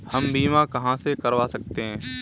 हम बीमा कहां से करवा सकते हैं?